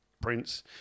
prince